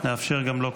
נאפשר גם לו,